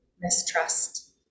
mistrust